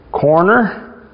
corner